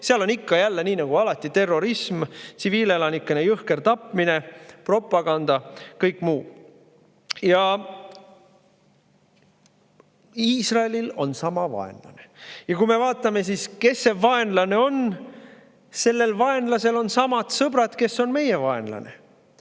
puhul on ikka ja jälle nii nagu alati terrorism, tsiviilelanike jõhker tapmine, propaganda, kõik muu. Iisraelil on sama vaenlane. Vaatame siis, kes see vaenlane on. Sellel vaenlasel on sõbrad, kes on meie vaenlased.